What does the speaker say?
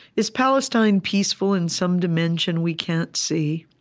is palestine peaceful in some dimension we can't see?